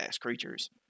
creatures